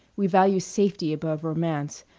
we value safety above romance,